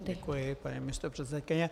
Děkuji, paní místopředsedkyně.